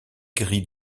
gris